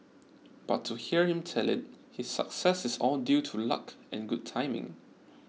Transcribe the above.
but to hear him tell it his success is all due to luck and good timing